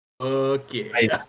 Okay